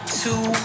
two